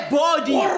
body